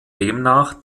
demnach